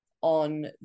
on